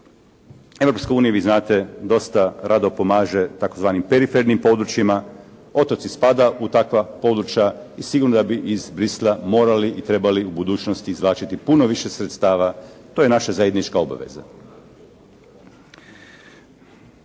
Europska unija, vi znate, dosta rado pomaže tzv. perifernim područjima. Otoci spada u takva područja i sigurno da bi iz Bruxellesa morali i trebali u budućnosti izvlačiti puno više sredstava. To je naša zajednička obaveza.